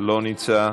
לא נמצא,